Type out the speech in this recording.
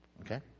Okay